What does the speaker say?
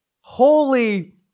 holy